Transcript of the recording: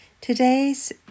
Today's